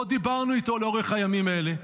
לא דיברנו איתו לאורך הימים האלה.